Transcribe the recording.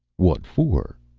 what for?